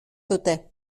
dute